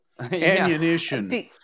ammunition